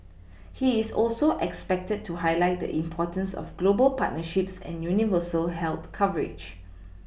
he is also expected to highlight the importance of global partnerships and universal health coverage